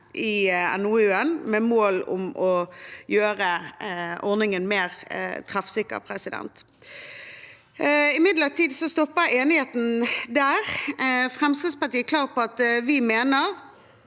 i NOU-en, med mål om å gjøre ordningen mer treffsikker. Imidlertid stopper enigheten der. Fremskrittspartiet er klar på at vi mener